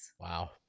Wow